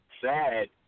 sad